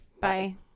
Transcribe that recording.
bye